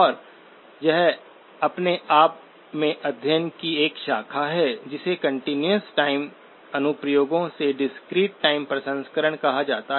और यह अपने आप में अध्ययन की एक शाखा है जिसे कंटीन्यूअस टाइम अनुप्रयोगों के डिस्क्रीट टाइम प्रसंस्करण कहा जाता है